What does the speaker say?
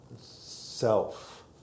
self